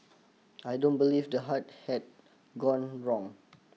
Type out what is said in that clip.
I don't believe the heart had gone wrong